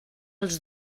els